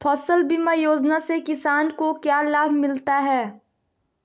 फसल बीमा योजना से किसान को क्या लाभ मिलता है?